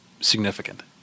significant